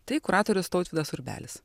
tai kuratorius tautvydas urbelis